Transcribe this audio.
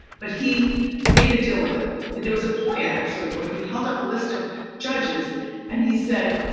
but he made a deal with them. there was a point actually where he held up a list of judges and he said,